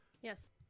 yes